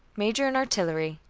major in artillery.